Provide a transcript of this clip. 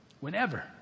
whenever